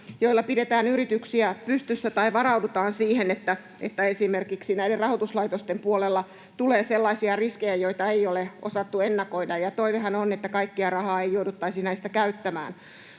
joilla pidetään yrityksiä pystyssä tai varaudutaan siihen, että esimerkiksi näiden rahoituslaitosten puolella tulee sellaisia riskejä, joita ei ole osattu ennakoida, ja toivehan on, että kaikkea rahaa ei jouduttaisi näistä käyttämään.